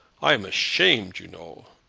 i am ashamed, you know.